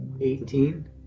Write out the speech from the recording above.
Eighteen